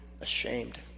ashamed